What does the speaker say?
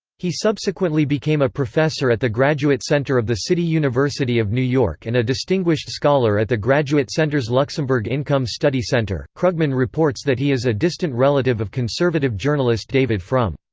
he subsequently became a professor at the graduate center of the city university of new york and a distinguished scholar at the graduate center's luxembourg income study center krugman reports that he is a distant relative of conservative journalist david frum.